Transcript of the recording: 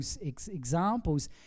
examples